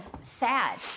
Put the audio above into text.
sad